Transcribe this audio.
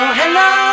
hello